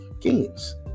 games